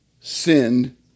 sinned